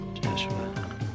Joshua